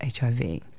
HIV